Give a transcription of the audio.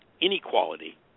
inequality